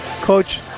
coach